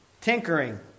tinkering